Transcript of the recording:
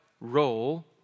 role